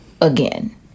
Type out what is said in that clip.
again